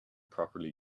properly